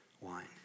wine